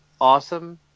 awesome